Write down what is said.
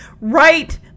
right